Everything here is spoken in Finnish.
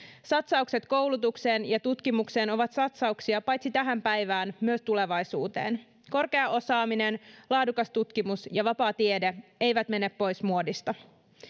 satsaukset koulutukseen ja tutkimukseen ovat satsauksia paitsi tähän päivään myös tulevaisuuteen korkea osaaminen laadukas tutkimus ja vapaa tiede eivät mene pois muodista